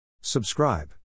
Subscribe